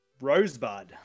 Rosebud